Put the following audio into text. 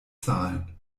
zahlen